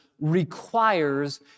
requires